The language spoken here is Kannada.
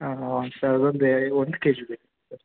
ಹಾಂ ಸರ್ ಅದೊಂದು ಎ ಒಂದು ಕೆ ಜಿ ಬೇಕಿತ್ತು ಸರ್